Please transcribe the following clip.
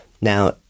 Now